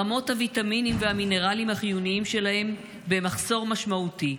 רמות הוויטמינים והמינרלים החיוניים שלהם במחסור משמעותי,